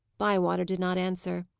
bywater did not answer.